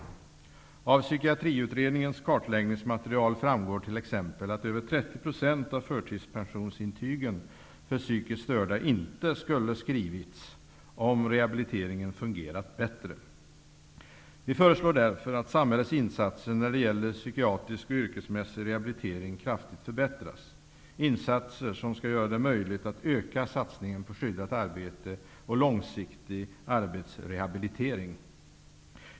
Av Psykiatriutredningens kartläggningsmaterial framgår t.ex. att över 30 % av förtidspensionsin tygen för psykiskt störda inte skulle ha skrivits om rehabiliteringen fungerat bättre. Vi föreslår därför att samhällets insatser när det gäller psykiatrisk och yrkesmässig rehabilitering kraftigt förbättras. Det är insatser som skall göra det möjligt att öka satsningen på skyddat arbete och långsiktig arbetsrehabilitering.